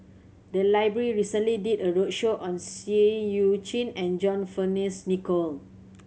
the library recently did a roadshow on Seah Eu Chin and John Fearns Nicoll